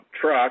truck